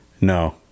No